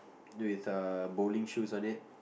with a bowling shoes on it